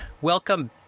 welcome